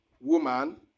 woman